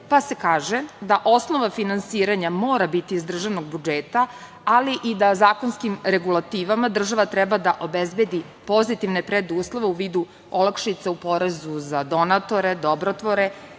pa se kaže da osnova finansiranja mora biti iz državnog budžeta, ali i da zakonskim regulativama država treba da obezbedi pozitivne preduslove u vidu olakšica u porezu za donatore, dobrotvore,